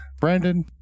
Brandon